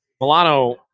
Milano